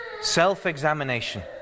self-examination